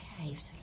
caves